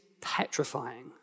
petrifying